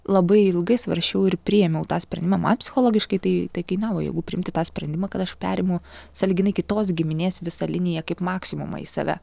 labai ilgai svarsčiau ir priėmiau tą sprendimą man psichologiškai tai tai kainavo jėgų priimti tą sprendimą kad aš perimu sąlyginai kitos giminės visą liniją kaip maksimumą į save